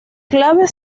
clave